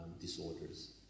disorders